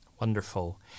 Wonderful